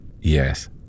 yes